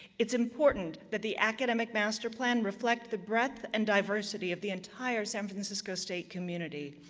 it's important that the academic master plan reflect the breadth and diversity of the entire san francisco state community,